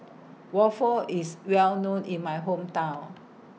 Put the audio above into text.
Waffle IS Well known in My Hometown